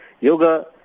yoga